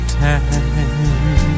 time